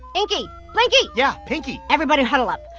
inky, blinky. yeah, pinky? everybody huddle up.